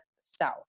south